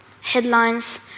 Headlines